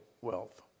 wealth